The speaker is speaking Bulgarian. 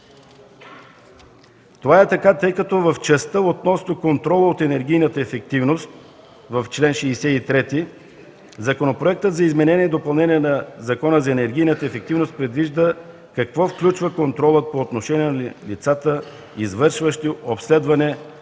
Това е така, тъй като в частта относно контрола от енергийната ефективност – чл. 63, Законопроектът за изменение и допълнение на Закона за енергийната ефективност предвижда какво включва контролът по отношение на лицата, извършващи обследване на енергийната ефективност